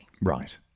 Right